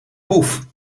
poef